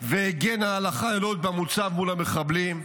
והגנה על החיילות במוצב מול המחבלים,